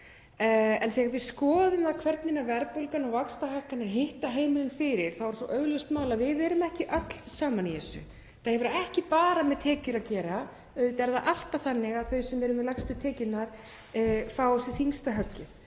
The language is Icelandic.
En þegar við skoðum það hvernig verðbólgan og vaxtahækkanir hitta heimilin fyrir er augljóst mál að við erum ekki öll saman í þessu. Þetta hefur ekki bara með tekjur að gera. Auðvitað er það alltaf þannig að þau sem eru með lægstu tekjurnar fá á sig þyngsta höggið